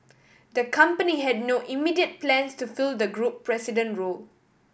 the company had no immediate plans to fill the group president role